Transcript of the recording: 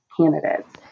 candidates